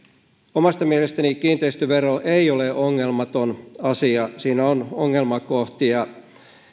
omasta mielestäni kiinteistövero ei ole ongelmaton asia siinä on ongelmakohtia